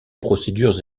procédures